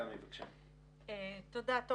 רק